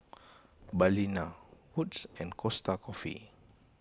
Balina Wood's and Costa Coffee